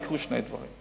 יקרו שני דברים.